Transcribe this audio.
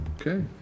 Okay